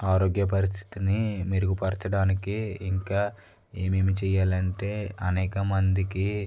ఆరోగ్య పరిస్థితిని మెరుగుపరచడానికి ఇంకా ఏమేమి చేయాలంటే అనేక మందికి